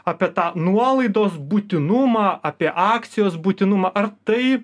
apie tą nuolaidos būtinumą apie akcijos būtinumą ar tai